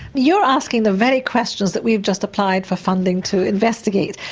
you're asking the very questions that we've just applied for funding to investigate.